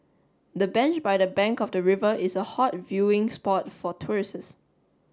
the bench by the bank of the river is a hot viewing spot for tourists